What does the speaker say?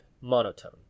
monotone